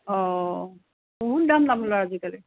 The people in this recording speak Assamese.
অ বহুত দাম তামোলৰ আজিকালি